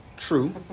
True